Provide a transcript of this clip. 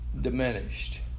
diminished